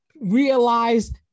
realize